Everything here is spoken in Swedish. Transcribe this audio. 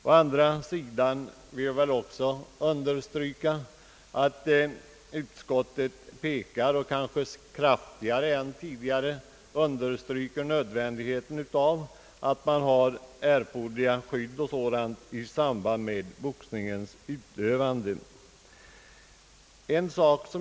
Å andra sidan har utskottet kanske kraftigare än tidigare velat understryka nödvändigheten av erforderliga skydd och liknande saker i samband med boxningens utövande.